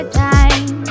time